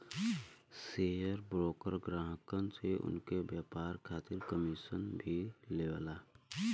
share broker ग्राहकन से उनके व्यापार खातिर कमीशन भी लेवला